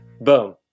Boom